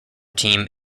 team